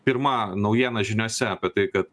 pirma naujiena žiniose apie tai kad